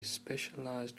specialized